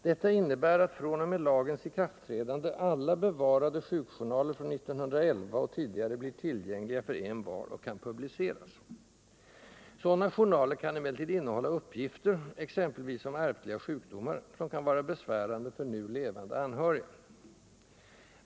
Detta innebär att fr.o.m. lagens ikraftträdande alla bevarade sjukjournaler från år 1911 och tidigare blir tillgängliga för envar och kan publiceras. Sådana journaler kan emellertid innehålla uppgifter — exempelvis om ärftliga sjukdomar — som kan vara besvärande för nu levande anhöriga.